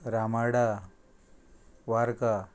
Ramada Varca